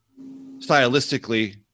stylistically